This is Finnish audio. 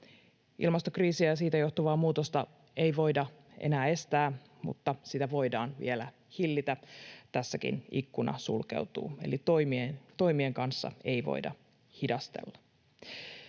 Ilmastokriisiä ja siitä johtuvaa muutosta ei voida enää estää, mutta sitä voidaan vielä hillitä. Tässäkin ikkuna sulkeutuu, eli toimien kanssa ei voida hidastella.